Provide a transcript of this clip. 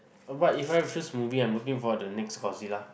what if just movie I'm looking forward to the next Godzilla